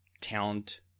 talent